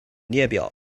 列表